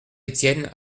etienne